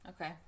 okay